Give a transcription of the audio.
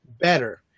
better